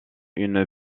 une